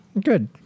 Good